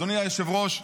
אדוני היושב-ראש,